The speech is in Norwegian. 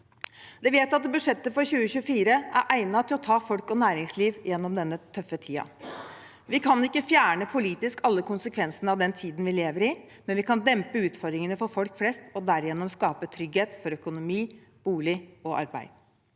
Det vedtatte budsjettet for 2024 er egnet til å ta folk og næringsliv gjennom denne tøffe tiden. Vi kan ikke politisk fjerne alle konsekvensene av den tiden vi lever i, men vi kan dempe utfordringene for folk flest og derigjennom skape trygghet for økonomi, bolig og arbeid.